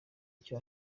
icyo